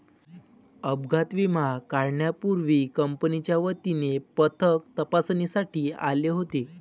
अपघात विमा काढण्यापूर्वी कंपनीच्या वतीने पथक तपासणीसाठी आले होते